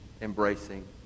Embracing